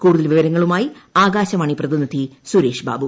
കൂടുതൽ വിവരങ്ങളുമായി ആകാശവാണി പ്രതിനിധി സുരേഷ് ബാബു